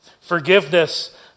Forgiveness